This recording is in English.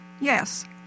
Yes